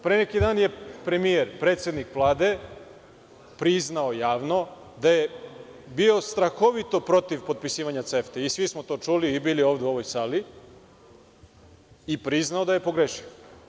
Pre neki dan je premijer, predsednik Vlade priznao javno da je bio strahovito protiv potpisivanja CEFTA, i svi smo to čuli i bili ovde u ovoj sali, i priznao da je pogrešio.